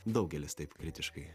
daugelis taip kritiškai